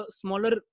smaller